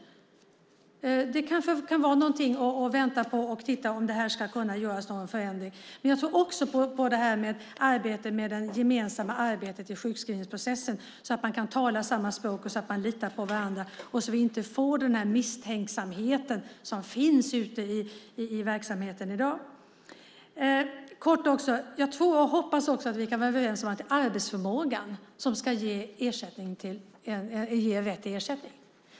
Det kanske är något att vänta på för att titta om det ska göras någon förändring. Jag tror också på det gemensamma arbetet i sjukskrivningsprocessen så att man kan tala samma språk och litar på varandra så att vi inte får den misstänksamhet som finns i verksamheten i dag. Jag tror och hoppas också att vi kan vara överens om att det är arbetsförmågan som ska ge rätt till ersättning.